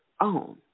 own